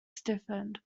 stiffened